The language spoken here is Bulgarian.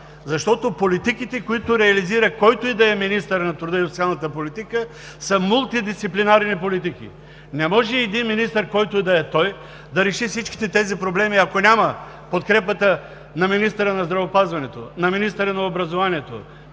Защото политиките, които реализира който и да е министър на труда и социалната политика, са мултидисциплинарни политики. Не може един министър, който и да е той, да реши всичките тези проблеми, ако няма подкрепата на министъра на здравеопазването, на министъра на образованието,